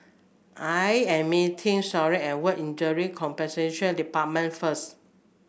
I am meeting Shania at Work Injury Compensation Department first